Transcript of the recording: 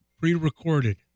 pre-recorded